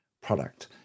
product